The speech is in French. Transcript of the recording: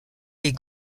les